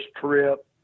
trip